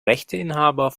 rechteinhaber